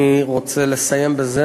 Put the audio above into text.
אני רוצה לסיים בזה.